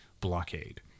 blockade